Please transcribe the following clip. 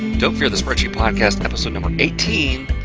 don't fear the spreadsheet podcast, episode number eighteen.